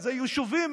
זה יישובים